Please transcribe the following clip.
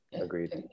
agreed